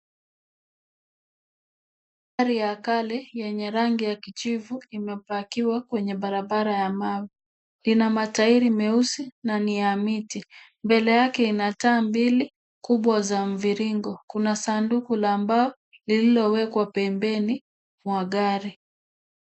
Gari ya kale yenye rangi ya kijivu imepakiwa kwenye barabara ya mawe, inamatairi meusi na ni ya miti. Mbele yake ina taa mbili kubwa za mviringo. Kuna sanduku la ambao lililowekwa pembeni mwa gari.